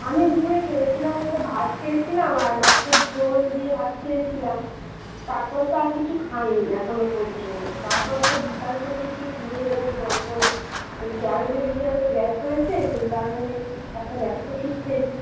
আমি দুপুরে খেয়েছিলাম বলতে ভাত খেয়েছিলাম আর মাছের ঝোল দিয়ে ভাত খেয়েছিলাম তারপর তো আর কিছু খাই নি এখনো পর্যন্ত তারপর তো বিকাল থেকেই তো শুরু হয়ে গেছে যন্ত্রণা হয়েছে আমি ভেবেছি হয়তো গ্যাস হয়েছে সেই কারণে একটা গ্যাসের ওষুধ খেয়েছি